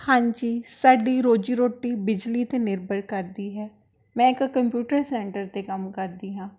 ਹਾਂਜੀ ਸਾਡੀ ਰੋਜ਼ੀ ਰੋਟੀ ਬਿਜਲੀ 'ਤੇ ਨਿਰਭਰ ਕਰਦੀ ਹੈ ਮੈਂ ਇੱਕ ਕੰਪਿਊਟਰ ਸੈਂਟਰ 'ਤੇ ਕੰਮ ਕਰਦੀ ਹਾਂ